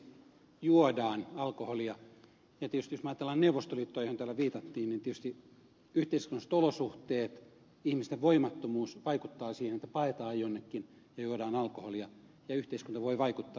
tietysti jos ajattelemme neuvostoliittoa johon täällä viitattiin niin yhteiskunnalliset olosuhteet ihmisten voimattomuus vaikuttaa siihen että paetaan jonnekin ja juodaan alkoholia ja yhteiskunta voi vaikuttaa